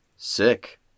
Sick